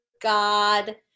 God